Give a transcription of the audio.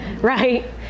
right